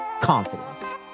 confidence